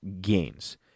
gains